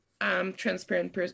Transparent